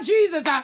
Jesus